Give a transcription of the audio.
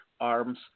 arms